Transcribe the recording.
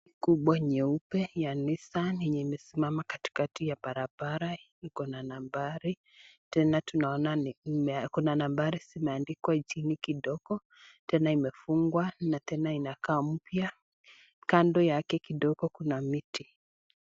Gari kubwa nyeupe ya nissan , yenye imesimam katikati ya barabara, iko na nambari tena tunaona kuna nambari imeandikwa chini kidogo, tena imefungwa na tena inakaa mpya kando yake kidogo kuna miti.